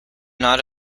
not